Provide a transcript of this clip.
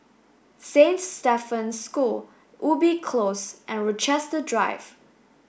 Saint Stephen's School Ubi Close and Rochester Drive